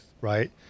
Right